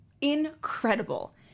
Incredible